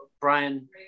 Brian